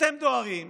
אתם דוהרים